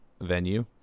venue